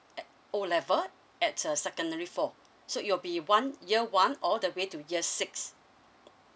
at O level at uh secondary four so it will be one year one all the way to year six